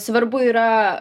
svarbu yra